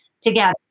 together